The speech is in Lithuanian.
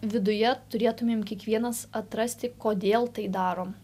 viduje turėtumėm kiekvienas atrasti kodėl tai darom